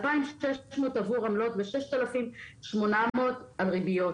2,600 עבור עמלות ו-6,800 על ריביות,